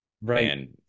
Right